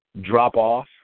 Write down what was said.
drop-off